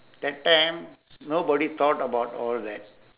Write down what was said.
that time nobody thought about all that